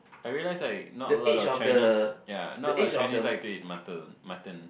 I realize right not a lot of Chinese ya not a lot of Chinese like to eat mutton mutton